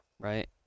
Right